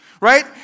Right